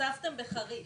בחריש